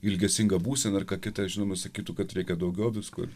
ilgesingą būseną ar ką kitą žinoma sakytų kad reikia daugiau visko ir